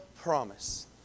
promise